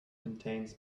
contains